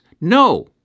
No